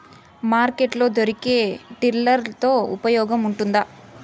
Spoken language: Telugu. మార్కెట్ లో దొరికే టిల్లర్ తో ఉపయోగం ఉంటుందా?